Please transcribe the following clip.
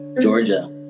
Georgia